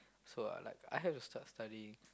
so I like I have to start studying